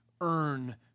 earn